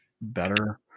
better